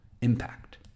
impact